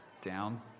down